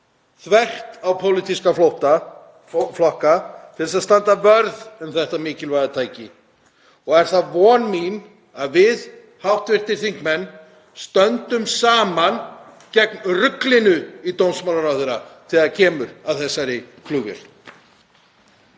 þvert á pólitíska flokka, til þess að standa vörð um þetta mikilvæga tæki. Er það von mín að við hv. þingmenn stöndum saman gegn ruglinu í dómsmálaráðherra þegar kemur að þessari flugvél.